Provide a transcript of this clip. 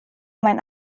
mein